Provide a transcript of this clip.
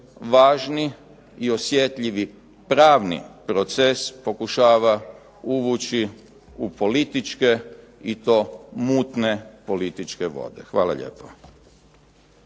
Važni i osjetljivi pravni proces pokušava uvući u političke i to mutne političke vode. Hvala lijepo.